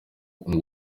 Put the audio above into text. uri